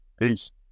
Peace